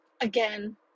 again